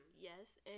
Yes